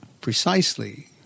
precisely